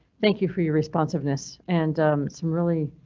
thank you for your responsiveness and some really.